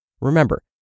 Remember